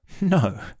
No